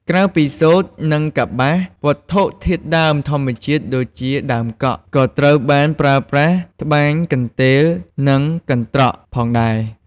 ក្រៅពីសូត្រ និងកប្បាស វត្ថុធាតុដើមធម្មជាតិដូចជាដើមកក់ ក៏ត្រូវបានប្រើសម្រាប់ ត្បាញកន្ទេល និងកន្ត្រក ផងដែរ។